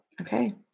Okay